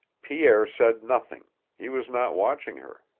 pierre said nothing he was not watching her.